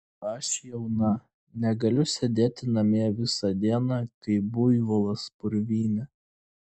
aš jauna negaliu sėdėti namie visą dieną kaip buivolas purvyne